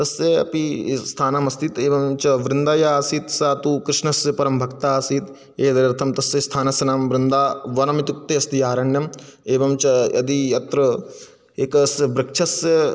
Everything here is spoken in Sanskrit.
तस्य अपि स्थानमस्ति एवं च वृन्दा या आसीत् सा तु कृष्णस्य परं भक्ता आसीत् एतदर्थं तस्य स्थानस्य नाम वृन्दा वनम् इत्युक्ते अस्ति अरण्यम् एवं च यदि अत्र एकस्य वृक्षस्य